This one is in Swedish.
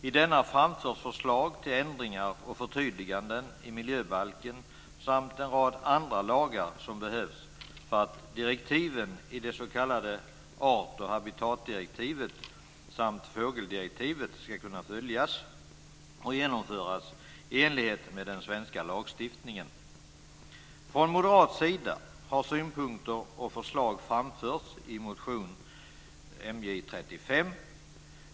I denna framförs förslag till ändringar och förtydliganden i miljöbalken samt en rad andra lagar som behövs för att direktiven i det s.k. art och habitatdirektivet samt fågeldirektivet ska kunna följas och genomföras i enlighet med den svenska lagstiftningen. Från moderat sida har synpunkter och förslag framförts i motion MJ35.